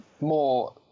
more